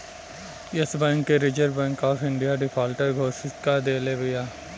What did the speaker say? एश bank के reserve bank of India defaulter घोषित कअ देले बिया